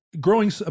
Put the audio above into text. Growing